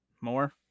More